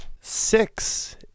Six